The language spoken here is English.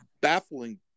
baffling